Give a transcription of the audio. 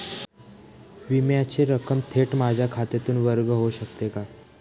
विम्याची रक्कम थेट माझ्या खात्यातून वर्ग होऊ शकते का?